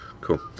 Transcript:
Cool